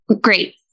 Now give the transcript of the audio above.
Great